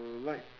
like